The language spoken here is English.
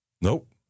Nope